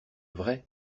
vrai